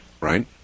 Right